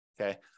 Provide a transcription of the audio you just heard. okay